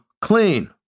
clean